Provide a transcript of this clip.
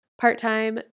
part-time